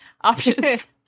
options